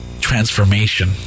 transformation